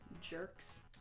Jerks